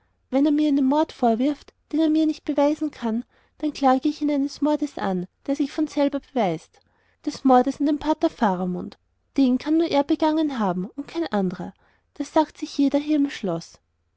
wenn er mir einen mord vorwirft den er mir nicht beweisen kann dann klage ich ihn eines mordes an der sich von selber beweist des mordes an dem pater faramund den kann nur er begangen haben und kein anderer das sagt sich jeder hier im schloß